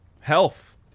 health